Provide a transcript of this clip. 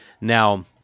Now